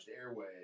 airway